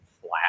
flat